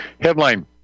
Headline